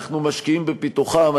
ואנחנו משקיעים בפיתוחן.